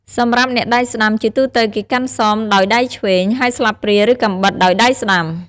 សម្រាប់អ្នកដៃស្តាំ ជាទូទៅ គេកាន់ សម ដោយដៃឆ្វេង ហើយ ស្លាបព្រា ឬ កាំបិត ដោយដៃស្តាំ។